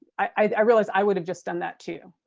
i realize i would have just done that too.